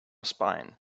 spine